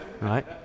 Right